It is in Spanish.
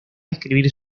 escribir